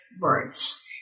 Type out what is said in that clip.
words